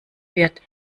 wird